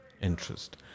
interest